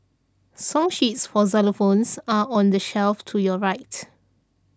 song sheets for xylophones are on the shelf to your right